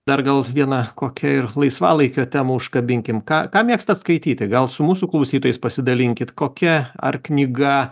dar gal vieną kokią ir laisvalaikio temą užkabinkim ką ką mėgstat skaityti gal su mūsų klausytojais pasidalinkit kokia ar knyga